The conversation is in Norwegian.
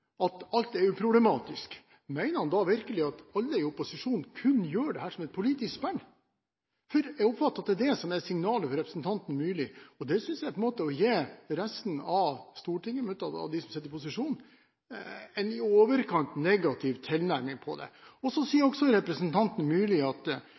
at alt er uproblematisk, mener han virkelig at dette kun er et politisk spill fra alle i opposisjonen? Jeg oppfatter at det er det som er signalet fra representanten Myrli, og det synes jeg på en måte er å si at resten av Stortinget, med unntak av dem som sitter i posisjon, har en i overkant negativ tilnærming. Representanten Myrli sier også at dette er viktig for å få marinejegerne på